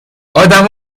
آدم